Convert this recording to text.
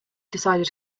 decided